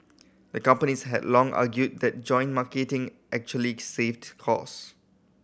the companies had long argued that joint marketing actually saved cost